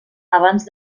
abans